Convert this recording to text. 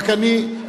רק אני,